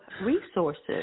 resources